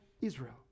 Israel